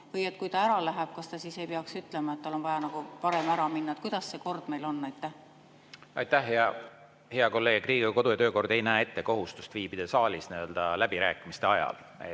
Või kui ta ära läheb, kas ta siis ei peaks ütlema, et tal on vaja varem ära minna? Kuidas see kord meil on? Aitäh, hea kolleeg! Riigikogu kodu‑ ja töökord ei näe ette kohustust viibida läbirääkimiste ajal